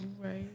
right